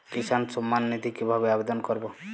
কিষান সম্মাননিধি কিভাবে আবেদন করব?